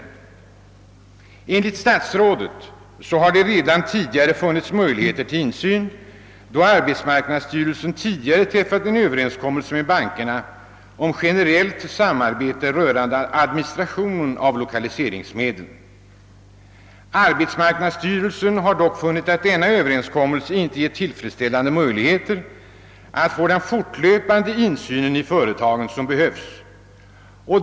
Jo, enligt statsrådet har det redan tidigare funnits möjligheter till insyn genom att arbetsmarknadsstyrelsen träffat en överenskommelse med bankerna om generellt samarbete rörande administrationen av lokaliseringsmedlen. Arbetsmarknadssty relsen har dock funnit att denna överenskommelse inte ger tillfredsställande möjligheter att få den fortlöpande insyn i företagen som behövs.